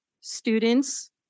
students